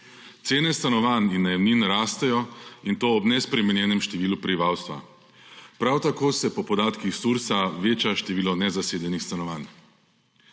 Cene stanovanj in najemnin rastejo, in to ob nespremenjenem številu prebivalstva. Prav tako se po podatkih Sursa veča število nezasedenih stanovanj.